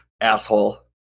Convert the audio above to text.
asshole